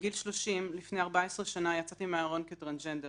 בגיל 30, לפני 14 שנה, יצאתי מהארון כטרנסג'נדר.